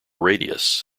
radius